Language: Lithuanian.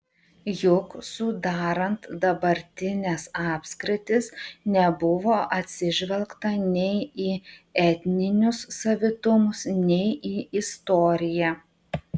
juk sudarant dabartines apskritis nebuvo atsižvelgta nei į etninius savitumus nei į istoriją